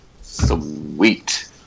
sweet